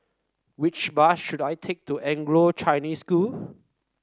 which bus should I take to Anglo Chinese School